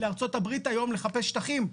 לארצות הברית היום לחפש שטחים.